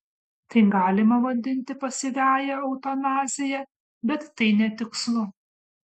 tai galima vadinti pasyviąja eutanazija bet tai netikslu